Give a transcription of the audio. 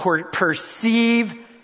Perceive